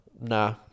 Nah